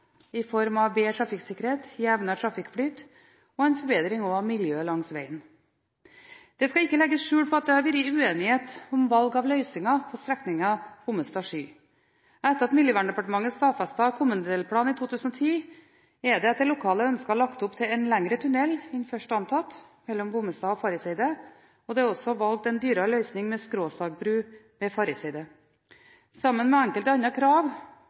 i form av bedre trafikksikkerhet, jevnere trafikkflyt og en forbedring av miljøet langs vegen. Det skal ikke legges skjul på at det har vært uenighet om valg av løsninger på strekningen Bommestad–Sky. Etter at Miljøverndepartementet stadfestet kommunedelplan i 2010, er det etter lokale ønsker lagt opp til en lengre tunnel enn først antatt mellom Bommestad og Farriseidet, og det er også valgt en dyrere løsning med skråstagbru ved Farriseidet. Sammen med enkelte andre krav